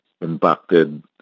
impacted